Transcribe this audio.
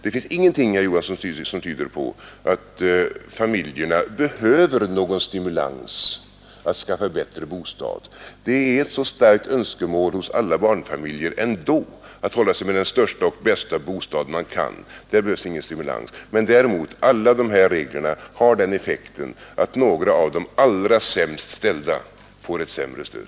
Det finns ingenting, herr Knut Johansson, som tyder på att familjerna behöver någon stimulans för att skaffa bättre bostad, det är ändå ett starkt önskemål hos alla barnfamiljer att hålla sig med den största och bästa bostad de kan. Där behövs ingen stimulans. Alla de här reglerna har däremot gett den effekten att några av de allra sämst ställda får ett sämre stöd.